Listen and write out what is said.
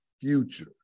future